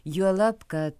juolab kad